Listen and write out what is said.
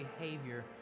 behavior